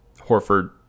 Horford